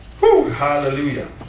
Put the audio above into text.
Hallelujah